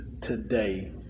today